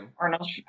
Arnold